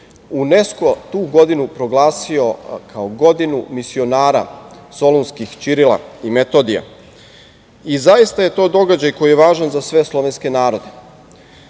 UNESKO tu godinu proglasio kao godinu misionara solunskih Ćirila i Metodija. Zaista je to događaj koji je važan za sve slovenske